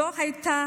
זו הייתה